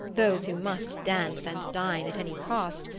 those who must dance and dine at any cost,